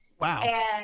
wow